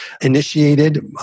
initiated